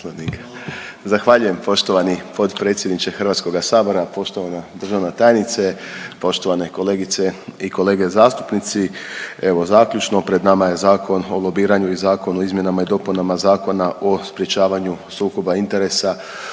Zahvaljujem poštovani potpredsjedniče HS-a, poštovana državna tajnice. Poštovani kolegice i kolege zastupnici. Evo, zaključno, pred nama je Zakon o lobiranju i zakon o izmjenama i dopunama Zakona o sprječavanju sukoba interesa.